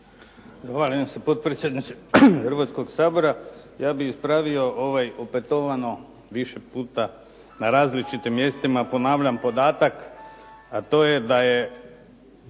Zahvaljujem se potpredsjedniče Hrvatskoga sabora. Ja bih ispravio opetovano više puta na različitim mjestima ponavljam podatak a to je da je